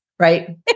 Right